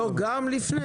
לא, גם לפני.